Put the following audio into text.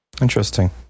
Interesting